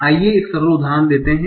आइए एक सरल उदाहरण लेते हैं